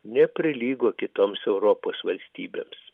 neprilygo kitoms europos valstybėms